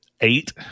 eight